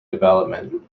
development